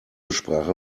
sprache